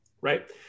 right